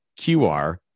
QR